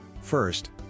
first